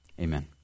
Amen